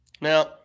Now